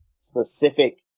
specific